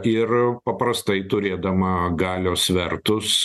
ir paprastai turėdama galios svertus